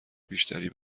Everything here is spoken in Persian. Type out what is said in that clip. بیشتری